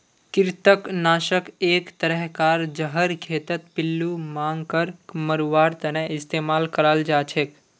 कृंतक नाशक एक तरह कार जहर खेतत पिल्लू मांकड़ मरवार तने इस्तेमाल कराल जाछेक